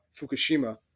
Fukushima